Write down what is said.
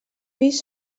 pis